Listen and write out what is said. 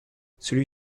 celui